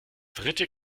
dritte